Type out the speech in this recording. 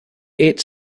eight